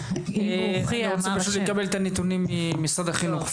אני רוצה פשוט לקבל את הנתונים ממשרד החינוך,